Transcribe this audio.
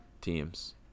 teams